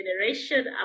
generation